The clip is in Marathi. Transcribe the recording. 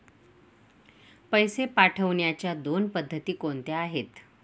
पैसे पाठवण्याच्या दोन पद्धती कोणत्या आहेत?